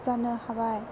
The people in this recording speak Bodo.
जानो हाबाय